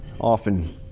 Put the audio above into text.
often